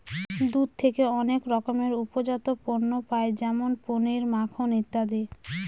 দুধ থেকে অনেক রকমের উপজাত পণ্য পায় যেমন পনির, মাখন ইত্যাদি